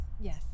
Yes